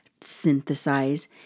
synthesize